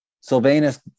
Sylvanus